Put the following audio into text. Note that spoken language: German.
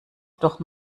doch